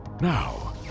Now